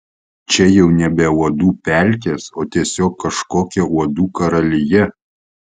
čia jau nebe uodų pelkės o tiesiog kažkokia uodų karalija